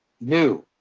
new